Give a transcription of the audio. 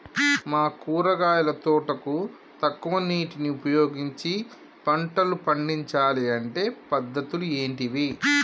మా కూరగాయల తోటకు తక్కువ నీటిని ఉపయోగించి పంటలు పండించాలే అంటే పద్ధతులు ఏంటివి?